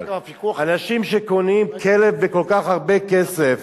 אנשים שקונים כלב בכל כך הרבה כסף,